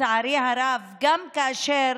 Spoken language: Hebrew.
לצערי הרב גם כאשר